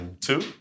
two